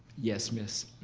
yes, ms.